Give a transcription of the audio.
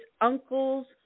uncles